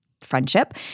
friendship